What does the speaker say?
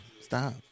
Stop